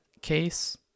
case